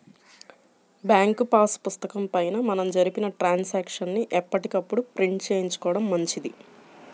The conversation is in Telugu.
బ్యాంకు పాసు పుస్తకం పైన మనం జరిపిన ట్రాన్సాక్షన్స్ ని ఎప్పటికప్పుడు ప్రింట్ చేయించుకోడం మంచిది